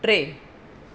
टे